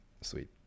sweet